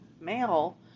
male